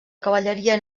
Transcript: cavalleria